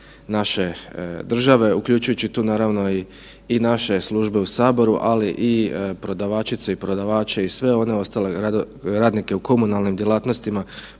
naše države uključujući tu naravno i naše službe u saboru, ali i prodavačice i prodavače i sve one ostale radnike u komunalnim djelatnostima